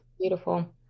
beautiful